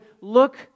look